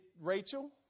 Rachel